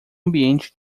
ambiente